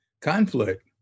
conflict